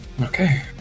Okay